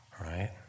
right